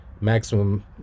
Maximum